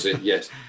Yes